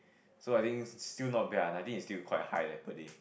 so I think still not bad ah nineteen is still quite high leh per day